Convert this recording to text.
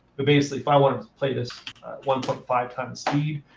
but basically, if i want to play this one point five times speed,